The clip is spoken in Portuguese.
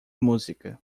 música